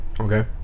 Okay